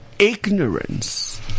Ignorance